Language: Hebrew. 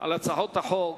על הצעת החוק